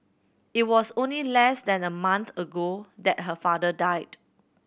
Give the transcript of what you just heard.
it was only less than a month ago that her father died